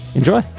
enjoy